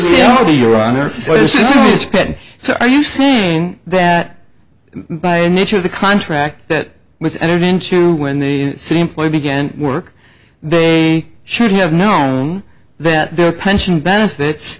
all your honor so this is sped so are you saying that it by nature of the contract that was entered into when they simply began work they should have known that their pension benefits